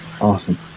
Awesome